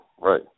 right